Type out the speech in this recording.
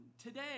Today